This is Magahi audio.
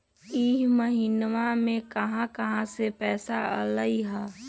इह महिनमा मे कहा कहा से पैसा आईल ह?